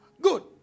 good